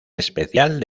especial